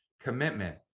commitment